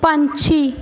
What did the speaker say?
ਪੰਛੀ